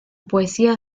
poesía